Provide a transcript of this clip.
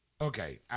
Okay